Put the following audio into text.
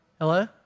Hello